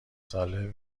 ساله